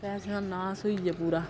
पैसे दा नास होई गेआ पूरा